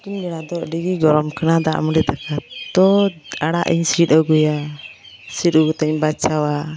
ᱛᱤᱠᱤᱱᱵᱮᱲᱟ ᱫᱚ ᱟᱹᱰᱤᱜᱮ ᱡᱚᱲᱚᱢ ᱠᱟᱱᱟ ᱫᱟᱜᱢᱟᱺᱰᱤ ᱫᱟᱠᱟ ᱛᱳ ᱟᱲᱟᱜ ᱤᱧ ᱥᱤᱫ ᱟᱹᱜᱩᱭᱟ ᱥᱤᱫ ᱟᱹᱜᱩ ᱠᱟᱛᱮᱧ ᱵᱟᱪᱷᱟᱣᱟ